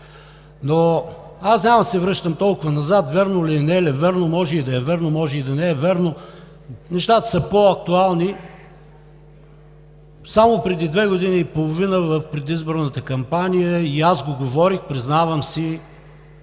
Аз няма да се връщам толкова назад – вярно ли е, не е ли вярно?! Може да е вярно, може и да не е вярно – нещата са по-актуални. Само преди две години и половина в предизборната кампания и аз го говорих, признавам си,